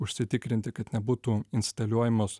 užsitikrinti kad nebūtų instaliuojamos